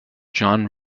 john